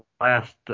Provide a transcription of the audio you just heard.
last